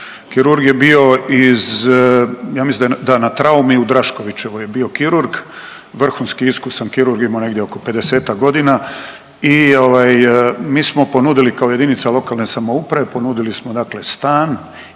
Kirurg je bio iz, ja mislim da na traumi u Draškovićevoj je bio kirurg, vrhunski, iskusan kirurg, imao je negdje oko 50-ak godina i ovaj mi smo ponudili kao jedinica lokalne samouprave, ponudili smo dakle stan